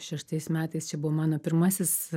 šeštais metais čia buvo mano pirmasis